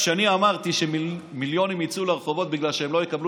כשאני אמרתי שמיליונים יצאו לרחובות בגלל שהם לא יקבלו